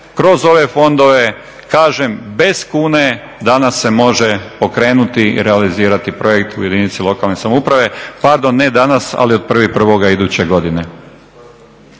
kroz ove fondove, kažem, bez kune danas se može pokrenuti i realizirati projekt u jedinici lokalne samouprave. Pardon, ne danas, ali od 01.01. iduće godine.